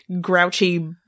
grouchy